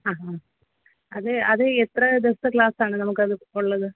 ആ ആ അത് അത് എത്ര ദിവസത്തെ ക്ലാസ്സാണ് നമുക്ക് അത് ഉള്ളത്